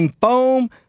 foam